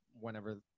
whenever